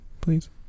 Please